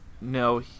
No